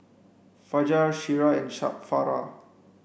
Fajar Syirah and Farah